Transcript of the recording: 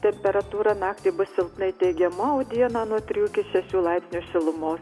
temperatūra naktį bus silpnai teigiama o dieną nuo trijų iki šešių laipsnių šilumo